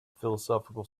philosophical